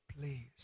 please